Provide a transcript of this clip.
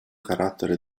carattere